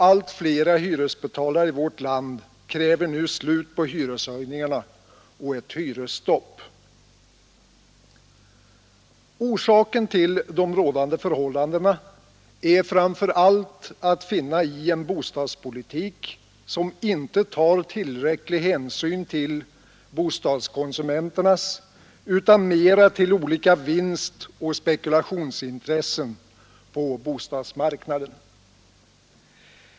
Allt flera hyresbetalare i vårt land kräver nu slut på hyreshöjningarna och ett hyresstopp. Orsaken till de rådande förhållandena är framför allt att finna i en bostadspolitik som inte tar tillräcklig hänsyn till bostadskonsumenternas intressen utan mera till olika vinstoch spekulationsintressen på bostadsmarknaden.